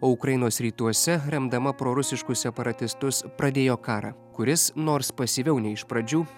o ukrainos rytuose remdama prorusiškus separatistus pradėjo karą kuris nors pasyviau nei iš pradžių